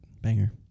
Banger